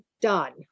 done